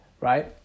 right